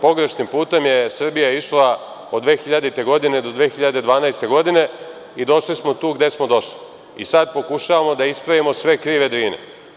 Pogrešnim putem je Srbija išla od 2000. do 2012. godine i došli smo tu gde smo došli i sada pokušavamo da ispravimo sve krive Drine.